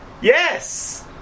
yes